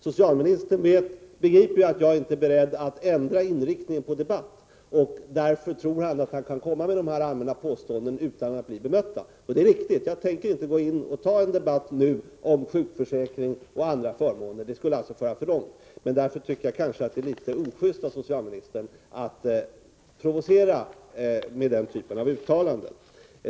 Socialministern begriper ju att jag inte är beredd att ändra inriktningen på debatten. Därför tror han att han kan komma med dessa allmänna påståenden utan att de blir bemötta. Och det är riktigt — jag tänker inte nu ta en debatt om sjukförsäkring och andra förmåner; det skulle föra för långt. Därför tycker jag som sagt att det kanske är litet ojust av socialministern att provocera med denna typ av uttalanden.